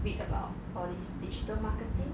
read about all these digital marketing